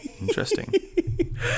Interesting